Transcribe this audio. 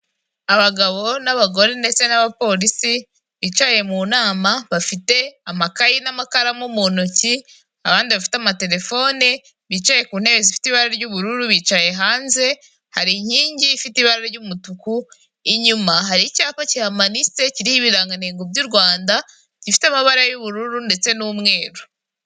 Abagabo n'abagore ndetse n'abapolisi bicaye mu nama, bafite amakayeyi n'amakaramu mu ntoki, abandi bafite amaterefone bicaye ku ntebe zifite ibara ry'ubururu, bicaye hanze hari inkingi ifite ibara ry'umutuku, inyuma hari icyapa kihamanitse kirimoho ibirangantego by'u Rwanda gifite amabara y'ubururu ndetse n'umweru.